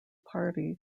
party